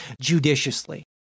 judiciously